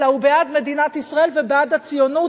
אלא הוא בעד מדינת ישראל ובעד הציונות.